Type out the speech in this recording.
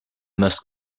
must